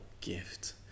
gift